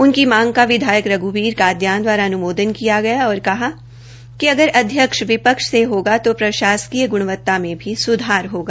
उनकी मांग का विधायक रघ्बीर कादियान द्वारा अनुमोदन किया गया और कहा कि अगर अध्यक्ष विपक्ष से होगा तो प्रशासकीय ग्ण्वत्ता में सुधार होगा